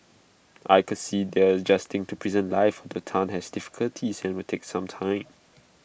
I could see they are adjusting to prison life although Tan has difficulties and will take some time